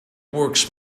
works